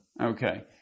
Okay